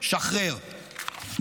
שחרר.